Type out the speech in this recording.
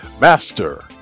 Master